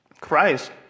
Christ